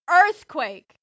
Earthquake